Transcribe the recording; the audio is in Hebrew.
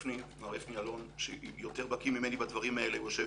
מר אפני אלון, שיותר בקי ממני בדברים האלה גם,